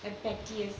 effective